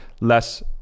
less